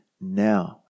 now